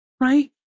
right